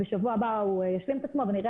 בשבוע הבא הוא ישלים את עצמו ונראה